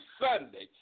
Sunday